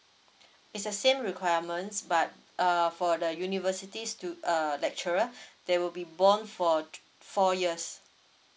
it's the same requirements but uh for the university stu~ uh lecturer they will be bond for to~ four years